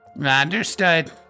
Understood